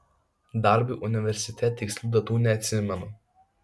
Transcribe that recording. darbui universitete tikslių datų neatsimenu